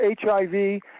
hiv